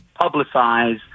publicize